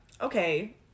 Okay